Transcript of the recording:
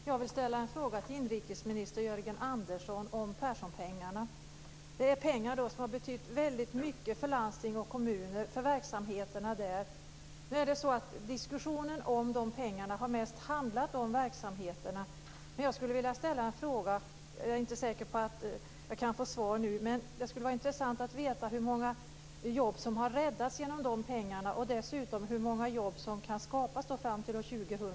Herr talman! Jag vill ställa en fråga till inrikesminister Jörgen Andersson om Perssonpengarna. Det är pengar som har betytt väldigt mycket för verksamheterna inom landsting och kommuner. Diskussionen om dessa pengar har mest handlat om verksamheterna. Jag skulle vilja ställa en fråga, även om jag inte är säker på att jag kan få svar nu. Men det skulle vara intressant att få veta hur många jobb som har räddats genom dessa pengar och dessutom hur många jobb som kan skapas fram till år 2000.